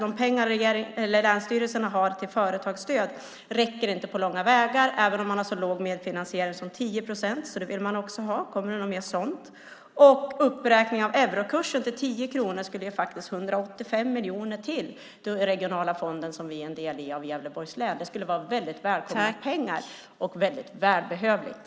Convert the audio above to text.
De pengar länsstyrelserna har till företagsstöd räcker inte på långa vägar även om man har så låg medfinansiering som 10 procent. Detta vill man ha. Kommer det något mer sådant? Det handlar också om uppräkningen av eurokursen till 10 kronor. Det skulle ge 185 miljoner till i den regionala fonden, som vi i Gävleborgs län är en del i. Det skulle vara välkomna pengar, och väldigt välbehövligt.